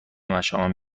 مشامم